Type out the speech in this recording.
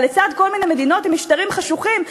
לצד כל מיני מדינות עם משטרים חשוכים,